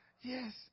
Yes